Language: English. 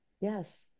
Yes